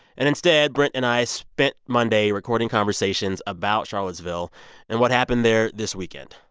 and instead, brent and i spent monday recording conversations about charlottesville and what happened there this weekend.